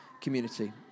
community